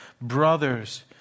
brothers